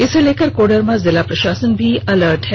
इसे लेकर कोडरमा जिला प्रशासन भी अलर्ट है